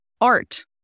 art